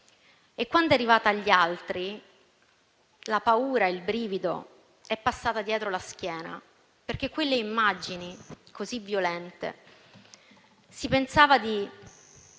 E quando è arrivata agli altri, per la paura è passato un brivido dietro la schiena, perché quelle immagini, così violente, si pensava di